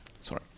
Sorry